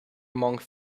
among